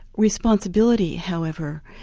responsibility however,